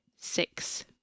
six